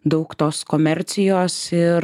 daug tos komercijos ir